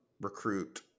recruit